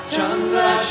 Chandra